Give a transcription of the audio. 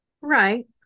Right